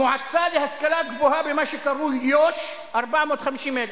המועצה להשכלה גבוהה במה שקרוי יו"ש, 450,000,